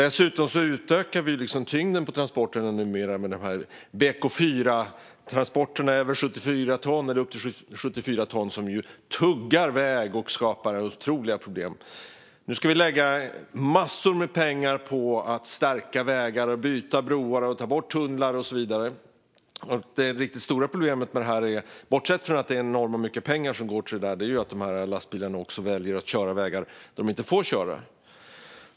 Dessutom utökar vi tyngden på transporterna numera med BK4-transporterna på upp till 74 ton, som ju tuggar väg och skapar otroliga problem. Nu ska vi lägga massor med pengar på att stärka vägar och byta broar och ta bort tunnlar och så vidare. Det riktigt stora problemet med det här, bortsett från att det är enormt mycket pengar som går till detta, är att dessa lastbilar också väljer att köra på vägar där de inte får köra.